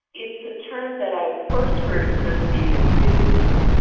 it's a term that i first heard associated with movies,